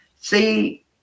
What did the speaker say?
see